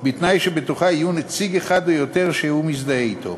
בתנאי שבתוכה יהיה נציג אחד או יותר שהוא מזדהה אתו.